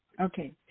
Okay